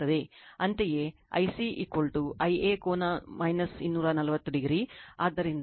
ಅಂತೆಯೇ I c Ia ಕೋನ 240 o ಆದ್ದರಿಂದ 6